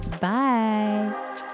Bye